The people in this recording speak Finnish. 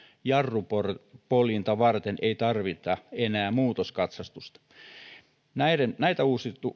jarrupoljinta varten ei tarvita enää muutoskatsastusta näitä